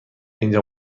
اینجا